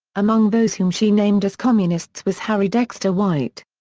among those whom she named as communists was harry dexter white.